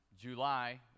July